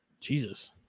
Jesus